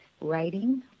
writing